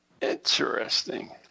interesting